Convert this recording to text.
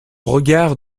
regard